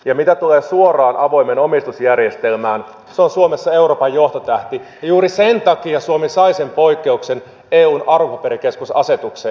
ja mitä tulee suoraan avoimeen omistusjärjestelmään se on suomessa euroopan johtotähti ja juuri sen takia suomi sai sen poikkeuksen eun arvopaperikeskusasetukseen